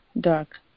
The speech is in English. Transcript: dark